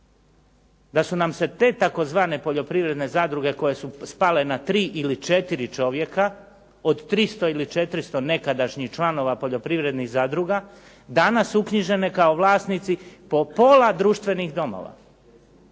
da su nam se te tzv. poljoprivredne zadruge koje su spale na tri ili četiri čovjeka, od 300 ili 400 nekadašnjih članova poljoprivrednih zadruga, danas uknjižene kao vlasnici po pola društvenih domova.